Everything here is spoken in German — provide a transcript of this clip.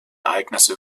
ereignisse